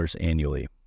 annually